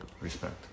Respect